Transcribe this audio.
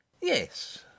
Yes